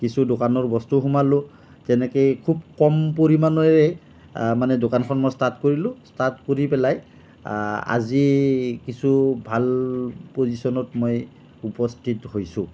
কিছু দোকানৰ বস্তু সোমোৱালোঁ তেনেকেই খুব কম পৰিমাণেৰে মানে দোকানখন মই ষ্টাৰ্ট কৰিলোঁ ষ্টাৰ্ট কৰি পেলাই আজি কিছু মই ভাল প'জিচনত মই উপস্থিত হৈছোঁ